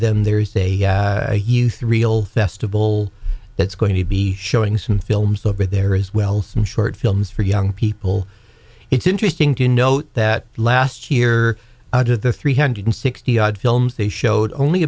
them there is a youth real festival that's going to be showing some films over there as well some short films for young people it's interesting to note that last year out of the three hundred sixty odd films they showed only